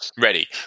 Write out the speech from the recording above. Ready